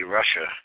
Russia